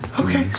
okay.